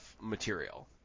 material